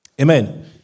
Amen